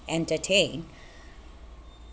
entertain